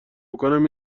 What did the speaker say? بکنم